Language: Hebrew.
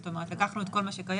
זאת אומרת לקחנו את כל מה שקיים,